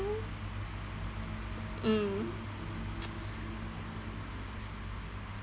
mm